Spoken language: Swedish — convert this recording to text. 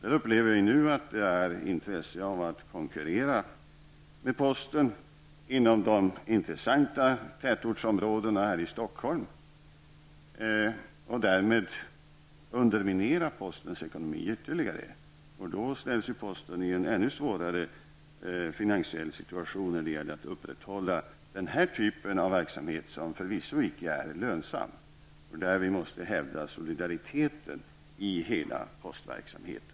Vi upplever att det nu finns ett intresse för att konkurrera med posten inom de intressanta tätortsområdena här i Stockholm. Därmed undermineras postens ekonomi ytterligare. Men härigenom hamnar posten i en ännu besvärligare finansiell situation när det gäller att upprätthålla den här typen av service, som förvisso inte är lönsam. Vi måste alltså hävda solidariteten i fråga om hela postverksamheten.